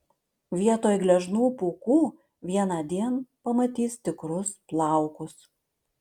vietoj gležnų pūkų vienądien pamatys tikrus plaukus